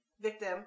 victim